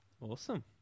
Awesome